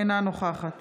אינה נוכחת